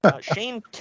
Shane